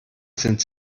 sind